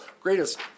Greatest